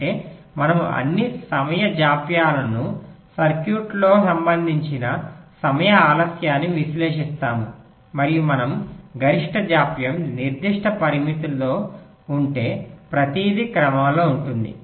అంటే మనము అన్ని సమయ జాప్యాలను సర్క్యూట్లో సంబంధిత సమయ ఆలస్యాన్ని విశ్లేషిస్తాము మరియు మనము గరిష్ట జాప్యం నిర్దిష్ట పరిమితిలో ఉంటే ప్రతిదీ క్రమంలో ఉంటుంది